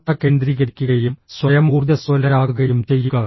ശ്രദ്ധ കേന്ദ്രീകരിക്കുകയും സ്വയം ഊർജ്ജസ്വലരാകുകയും ചെയ്യുക